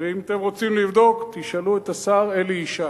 ואם אתם רוצים לבדוק, תשאלו את השר אלי ישי.